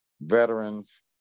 veterans